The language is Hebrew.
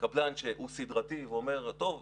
קבלן שהוא סדרתי ואומר: טוב,